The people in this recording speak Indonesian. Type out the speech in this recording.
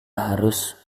harus